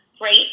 Great